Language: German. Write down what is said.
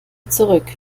zurück